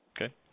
Okay